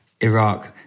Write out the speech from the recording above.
Iraq